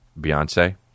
Beyonce